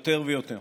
יותר ויותר.